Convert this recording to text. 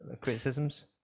criticisms